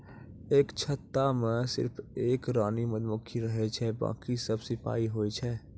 एक छत्ता मॅ सिर्फ एक रानी मधुमक्खी रहै छै बाकी सब सिपाही होय छै